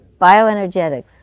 Bioenergetics